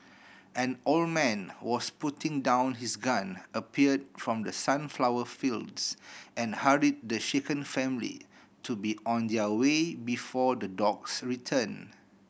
an old man was putting down his gun appeared from the sunflower fields and hurried the shaken family to be on their way before the dogs return